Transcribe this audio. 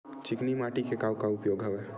चिकनी माटी के का का उपयोग हवय?